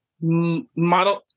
model